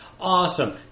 Awesome